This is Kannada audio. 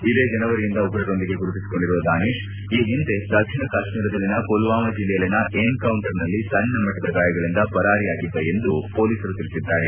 ಇದೇ ಜನವರಿಯಿಂದ ಉಗ್ರರೊಂದಿಗೆ ಗುರುತಿಸಿಕೊಂಡಿರುವ ದಾನಿಶ್ ಈ ಹಿಂದೆ ದಕ್ಷಿಣ ಕಾಶ್ತೀರದಲ್ಲಿನ ಪುಲ್ವಾಮ ಜೆಲ್ಲೆಯಲ್ಲಿನ ಎನ್ಕೌಂಟರ್ನಲ್ಲಿ ಸಣ್ಣಮಟ್ಟದ ಗಾಯಗಳಿಂದ ಪರಾರಿಯಾಗಿದ್ದ ಎಂದು ಪೊಲೀಸರು ತಿಳಿಸಿದ್ದಾರೆ